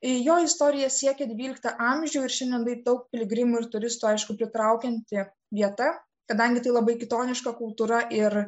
ir jo istorija siekia dvyliktą amžių ir šiandien bei daug piligrimų ir turistų aišku pritraukianti vieta kadangi tai labai kitoniška kultūra ir